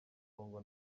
congo